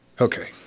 Okay